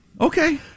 Okay